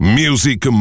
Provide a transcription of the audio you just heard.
music